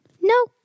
no